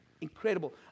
Incredible